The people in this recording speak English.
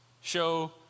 Show